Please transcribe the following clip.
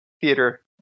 theater